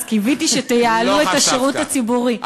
אז קיוויתי שתייעלו את השירות הציבורי.